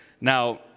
Now